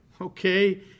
okay